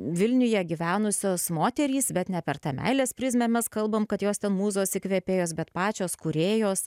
vilniuje gyvenusios moterys bet ne per tą meilės prizmę mes kalbam kad jos ten mūzos įkvėpėjos bet pačios kūrėjos